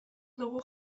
dugu